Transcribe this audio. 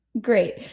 Great